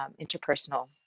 interpersonal